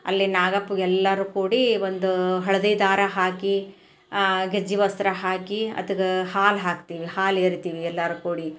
ಅಲ್ಲಿ ನಾಗಪ್ಗೆ ಎಲ್ಲರು ಕೂಡಿ ಒಂದು ಹಳದಿ ದಾರ ಹಾಕಿ ಗೆಜ್ಜಿ ವಸ್ತ್ರ ಹಾಕಿ ಆತ್ಗೆ ಹಾಲು ಹಾಕ್ತೀವಿ ಹಾಲು ಎರಿತೀವಿ ಎಲ್ಲರು ಕೂಡಿ